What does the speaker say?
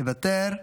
מוותר.